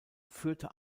führte